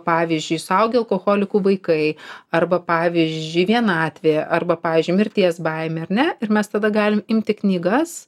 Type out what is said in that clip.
pavyzdžiui suaugę alkoholikų vaikai arba pavyzdžiui vienatvė arba pavyzdžiui mirties baimė ar ne ir mes tada galim imti knygas